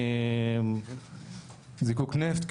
זיקוק נפט,